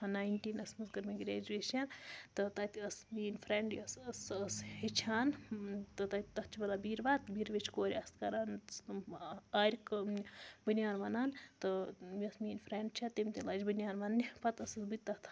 ناینٹیٖنَس منٛز کٔر مےٚگرٛیجویشَن تہٕ تَتہِ ٲس میٛٲنۍ فرٛٮ۪نٛڈ یۄس ٲس سۄ ٲس ہیٚچھان تہٕ تَتہِ تَتھ چھِ وَنان بیٖرواہ بیٖرؤہچہِ کورِ آسہٕ کَران آرِ کٲم بٔنیان وونان تہٕ یۄس میٛٲنۍ فرٛٮ۪نٛڈ چھےٚ تٔمۍ تہِ لٲج بٔنیان ووننہِ پَتہٕ ٲسٕس بہٕ تہِ تَتھ